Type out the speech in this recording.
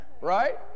Right